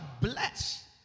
bless